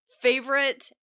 Favorite